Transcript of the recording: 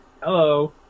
Hello